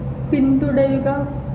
പിന്തുടരുക